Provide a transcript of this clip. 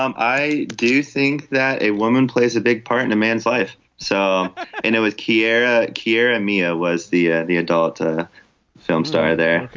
um i do think that a woman plays a big part in a man's life so and it was key area here and mia was the the adult ah film star there.